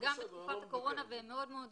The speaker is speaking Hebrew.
גם בתקופת הקורונה והן מאוד מאוד גבוהות,